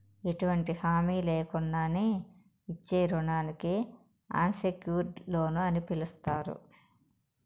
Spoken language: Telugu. ఎటువంటి హామీ లేకున్నానే ఇచ్చే రుణానికి అన్సెక్యూర్డ్ లోన్ అని పిలస్తారు